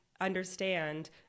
understand